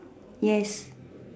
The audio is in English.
yes